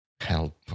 help